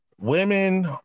women